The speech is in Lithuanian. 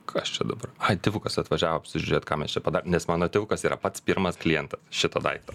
kas čia dabar tėvukas atvažiavo apsižiūrėt ką mes čia nes mano tėvukas yra pats pirmas klientas šito daikto